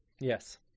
Yes